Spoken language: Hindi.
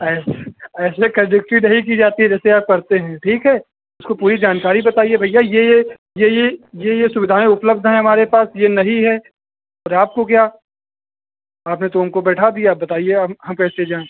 ऐ ऐसे कंडक्टरी नहीं की जाती है जैसे आप करते हैं ठीक है इसको पूरी जानकारी बताइए भैया ये ये ये ये ये ये सुविधाएँ उपलब्ध हैं हमारे पास ये नहीं हैं पर आपको क्या आपने तो हमको बैठा दिया अब बताइए हम कैसे जाएँ